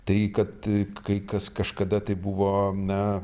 tai kad kai kas kažkada tai buvo na